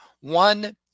one